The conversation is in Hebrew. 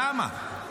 למה?